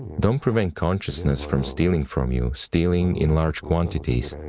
don't prevent consciousness from stealing from you, stealing in large quantities,